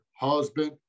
husband